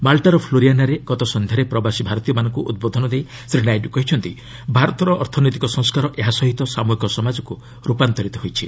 ମାଲ୍ଟାର ଫ୍ଲୋରିଆନାରେ ଗତ ସନ୍ଧ୍ୟାରେ ପ୍ରବାସୀ ଭାରତୀୟମାନଙ୍କୁ ଉଦ୍ବୋଧନ ଦେଇ ଶ୍ରୀ ନାଇଡୁ କହିଛନ୍ତି ଭାରତର ଅର୍ଥନୈତିକ ସଂସ୍କାର ଏହା ସହିତ ସାମ୍ଭିହିକ ସମାଜକୁ ରୂପାନ୍ତରିତ ହୋଇଛି